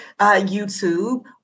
YouTube